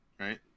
right